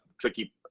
tricky